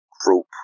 group